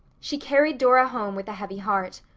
she carried dora home with a heavy heart.